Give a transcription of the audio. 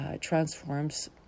transforms